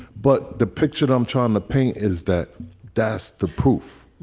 but the picture i'm trying to paint is that that's the proof.